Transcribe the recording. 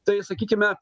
tai sakykime